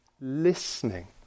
Listening